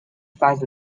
size